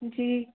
जी